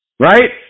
Right